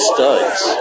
Studs